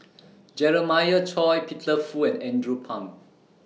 Jeremiah Choy Peter Fu and Andrew Phang